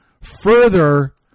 further